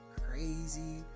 crazy